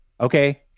Okay